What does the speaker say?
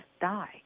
die